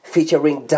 Featuring